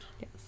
Yes